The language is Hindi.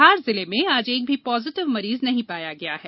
धार जिले में आज एक भी पॉजिटिव मरीज नहीं पाया गया है